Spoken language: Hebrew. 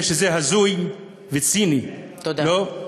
כנראה זה הזוי וציני, לא?